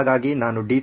ಹಾಗಾಗಿ ನಾನು D